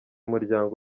muryango